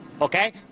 okay